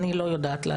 אני לא יודעת להגיד,